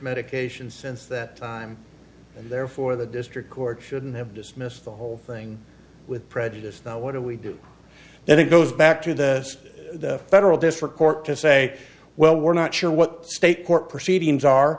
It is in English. medication since that time and therefore the district court shouldn't have dismissed the whole thing with prejudice now what do we do then it goes back to the federal district court to say well we're not sure what the state court proceedings are